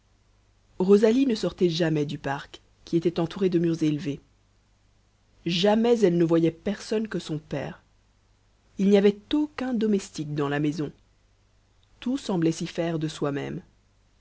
rosalie ne sortait jamais du parc qui était entouré de murs élevés jamais elle ne voyait personne que son père il n'y avait aucun domestique dans la maison tout semblait s'y faire de soi-même